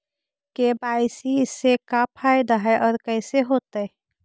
KYC से का फायदा है और कैसे होतै?